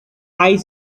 eye